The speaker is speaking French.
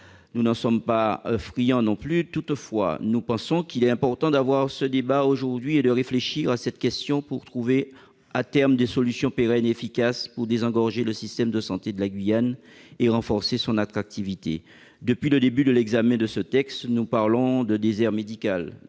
plus ne sommes pas friands de rapports. Toutefois, nous pensons qu'il est important d'avoir ce débat aujourd'hui et de réfléchir à cette question pour trouver à terme des solutions pérennes et efficaces, afin de désengorger le système de santé de la Guyane et de renforcer son attractivité. Depuis le début de l'examen de ce texte, nous parlons de déserts médicaux.